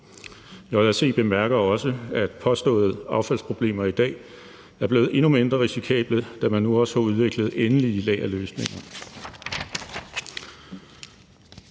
bemærker også, at påståede affaldsproblemer i dag er blevet endnu mindre risikable, da man nu også har udviklet endelige lagerløsninger.